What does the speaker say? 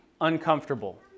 uncomfortable